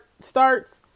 starts